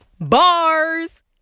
Bars